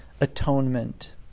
atonement